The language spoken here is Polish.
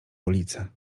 ulice